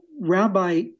rabbi